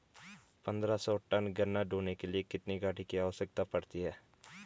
पन्द्रह सौ टन गन्ना ढोने के लिए कितनी गाड़ी की आवश्यकता पड़ती है?